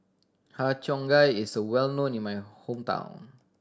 Har Cheong Gai is well known in my hometown